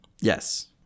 yes